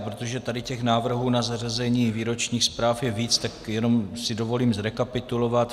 Protože tady těch návrhů na zařazení výročních zpráv je víc, tak si jenom dovolím zrekapitulovat.